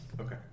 Okay